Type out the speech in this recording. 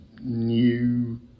new